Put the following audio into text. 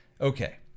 okay